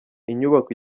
inyubako